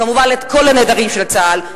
כמובן, את כל הנעדרים של צה"ל.